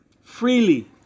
freely